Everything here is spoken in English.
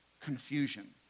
confusion